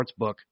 sportsbook